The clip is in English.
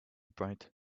bright